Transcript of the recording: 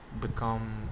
become